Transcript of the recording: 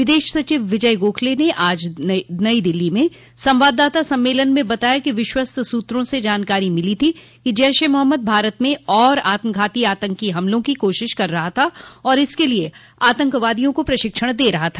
विदेश सचिव विजय गोखले ने आज दिल्ली में संवाददाता सम्मेलन में बताया कि विश्वस्त सूत्रा से जानकारी मिली थी कि जैश ए मोहम्मद भारत में और आत्मघाती आतंकी हमलों की कोशिश कर रहा था और इसके लिए आतंकवादियों को प्रशिक्षण दे रहा था